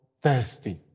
thirsty